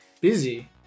busy